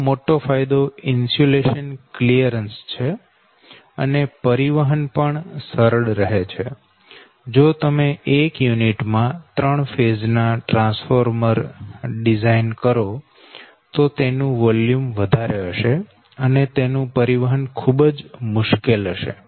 જેનો મોટો ફાયદો ઇન્સ્યુલેશન ક્લિયરન્સ છે અને પરિવહન પણ સરળ રહે છે જો તમે એક યુનિટ માં 3 ફેઝ ના ટ્રાન્સફોર્મર ડિઝાઇન કરો તો તેનું વોલ્યુમ વધારે હશે અને તેનું પરિવહન ખૂબ જ મુશ્કેલ બનશે